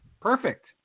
perfect